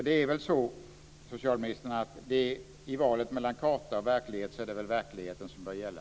Det är väl så, socialministern, att i valet mellan karta och verklighet är det verkligheten som bör gälla.